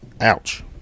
Ouch